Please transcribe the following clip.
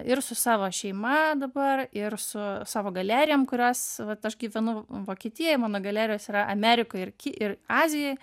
ir su savo šeima dabar ir su savo galerijom kurios vat aš gyvenu vokietijoj mano galerijos yra amerikoj ir ir azijoj